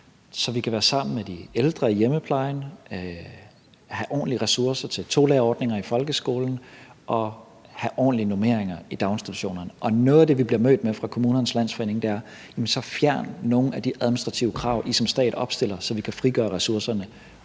så vi kan være sammen med de ældre i hjemmeplejen, have ordentlige ressourcer til tolærerordninger i folkeskolen og have ordentlige normeringer i daginstitutionerne. Noget af det, vi bliver mødt med fra KL, er: Så fjern nogle af de administrative krav, som I som stat opstiller, så vi kan frigøre ressourcerne.